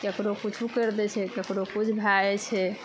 केकरो किछो करि दै छै केकरो किछु भए जाइ छै